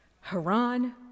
Haran